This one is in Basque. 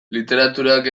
literaturak